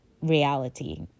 reality